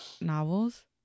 novels